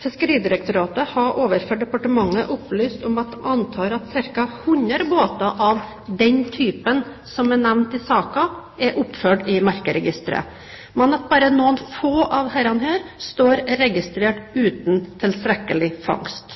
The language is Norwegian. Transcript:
Fiskeridirektoratet har overfor departementet opplyst at de antar at ca. 100 båter av den typen som er nevnt i saken, er oppført i merkeregisteret, men at bare noen få av disse står registrert uten tilstrekkelig fangst.